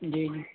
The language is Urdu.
جی جی